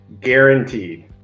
guaranteed